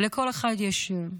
ולכל אחד יש שם,